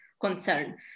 concern